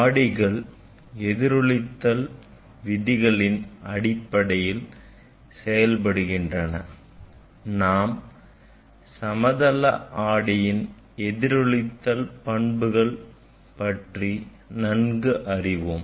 ஆடிகள் எதிரொளித்தல் விதிகளின் அடிப்படையில் செயலபடுகின்றன நாம் சமதள ஆடியின் எதிரொலித்தல் பண்புகள் பற்றி நன்கு அறிவோம்